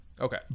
Okay